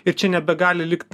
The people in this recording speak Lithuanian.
ir čia nebegali likt